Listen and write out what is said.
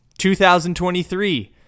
2023